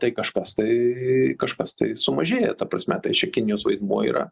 tai kažkas tai kažkas tai sumažėjo ta prasme tai čia kinijos vaidmuo yra